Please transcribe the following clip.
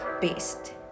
best